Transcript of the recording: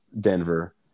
Denver